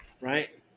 right